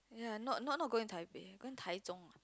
ya not not not going Taipei going Taichung